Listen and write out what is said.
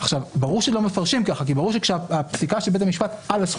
אבל ברור שלא מפרשים ככה כי ברור שהפסיקה של בית המשפט על הסכום